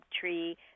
tree